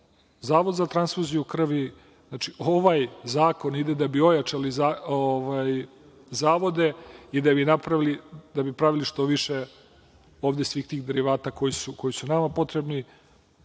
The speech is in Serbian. Zavod za transfuziju krvi, ovaj zakon ide da bi ojačali zavode i da bi pravili ovde što više svih tih derivata koji su nama potrebni.